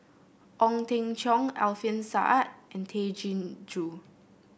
Ong Teng Cheong Alfian Sa'at and Tay Chin Joo